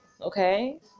Okay